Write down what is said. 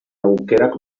aukerak